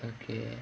okay